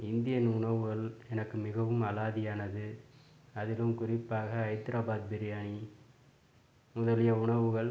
Indian உணவுகள் எனக்கு மிகவும் அலாதியானது அதிலும் குறிப்பாக ஹைத்ராபாத் பிரியாணி முதலிய உணவுகள்